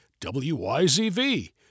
WYZV